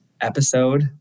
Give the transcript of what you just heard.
episode